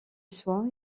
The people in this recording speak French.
soi